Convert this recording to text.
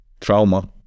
trauma